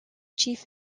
chief